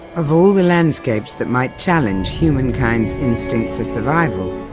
of all the landscapes that might challenge humankind's instinct for survival,